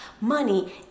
money